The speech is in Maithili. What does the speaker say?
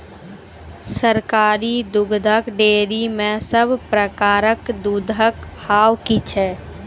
सरकारी दुग्धक डेयरी मे सब प्रकारक दूधक भाव की छै?